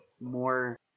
more